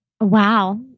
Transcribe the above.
wow